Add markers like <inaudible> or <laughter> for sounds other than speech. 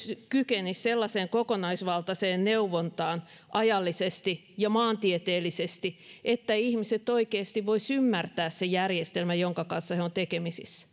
kykenisi sellaiseen kokonaisvaltaiseen neuvontaan ajallisesti ja maantieteellisesti että ihmiset oikeasti voisivat ymmärtää sen järjestelmän jonka kanssa he ovat tekemisissä <unintelligible>